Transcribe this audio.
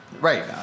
Right